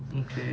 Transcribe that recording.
okay